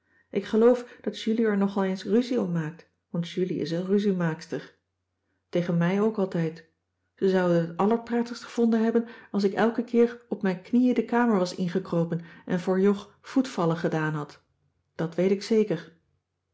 ik geloof dat julie er nog al eens ruzie om maakt want julie is een ruziemaakster tegen cissy van marxveldt de h b s tijd van joop ter heul mij ook altijd ze zou het het allerprettigst gevonden hebben als ik elken keer op mijn knieën de kamer was ingekropen en voor jog voetvallen gedaan had dat weet ik zeker